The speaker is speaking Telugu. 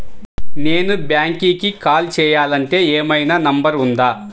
నేను బ్యాంక్కి కాల్ చేయాలంటే ఏమయినా నంబర్ ఉందా?